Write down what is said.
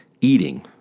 eating